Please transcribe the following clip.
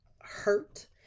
hurt